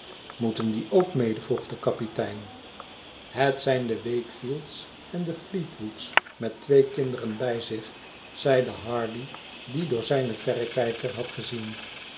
moeten die ook mede vroeg de kapitein het zijn de wakefield's en de fleetwood's met twee kinderen bij zich zeide hardy die door zijn verrekijker had gezien